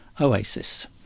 Oasis